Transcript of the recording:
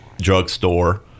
drugstore